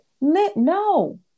No